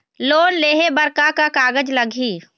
Loan लेहे बर का का कागज लगही?